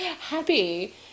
happy